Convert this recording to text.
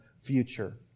future